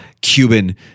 Cuban